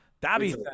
dabby